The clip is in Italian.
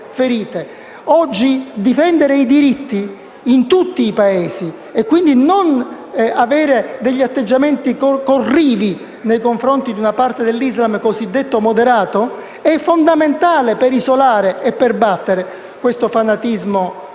Oggi difendere i diritti in tutti i Paesi e quindi non avere degli atteggiamenti corrivi nei confronti di una parte dell'Islam cosiddetto moderato è fondamentale per isolare e battere questo fanatismo nel nome